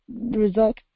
result